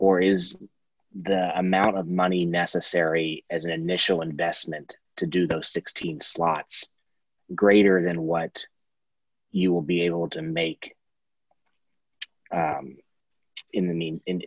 or is the amount of money necessary as an initial investment to do those sixteen slots greater than what you will be able to make you mean in the